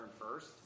first